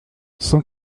cent